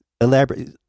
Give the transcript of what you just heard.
elaborate